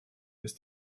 ist